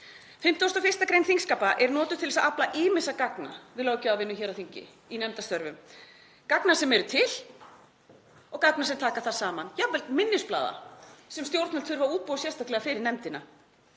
51. gr. þingskapa er notuð til þess að afla ýmissa gagna við löggjafarvinnu hér á þingi í nefndarstörfum, gagna sem eru til og gagna sem taka það saman, jafnvel minnisblaða sem stjórnvöld þurfa að útbúa sérstaklega fyrir nefndina.